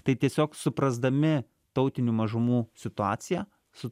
tai tiesiog suprasdami tautinių mažumų situaciją su